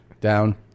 down